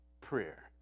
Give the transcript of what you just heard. prayer